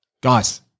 Guys